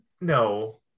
no